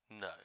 No